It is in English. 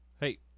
Hey